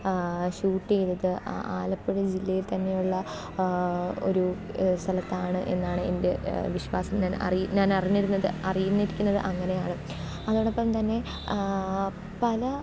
shoot ചെയ്തത് ആലപ്പുഴ ജില്ലയിൽ തന്നെയുള്ള ഒരു സ്ഥലത്താണ് എന്നാണ് എൻ്റെ വിശ്വാസം ഞാൻ അറിഞ്ഞ ഞാൻ അറിഞ്ഞിരുന്നത് അറിഞ്ഞിരിക്കുന്നത് അങ്ങനെയാണ് അതോടൊപ്പംതന്നെ പല